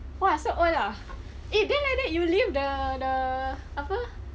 !wah! so old ah eh then like that you leave the the apa